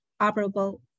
operable